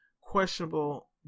questionable